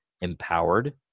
empowered